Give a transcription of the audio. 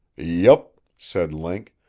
yep, said link.